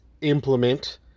implement